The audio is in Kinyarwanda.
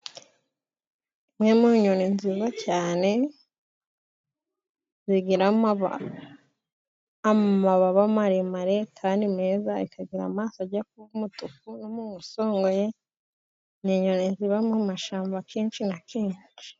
Imwe mu nyoni nziza cyane zigira amababa maremare kandi meza, ikagira amaso ajya kuba umutuku, n'umunwa usongoye. Ni inyoni ziba mu mashyamba kenshi na kenshi.